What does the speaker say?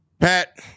Pat